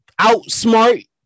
outsmart